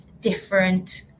different